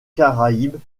caraïbes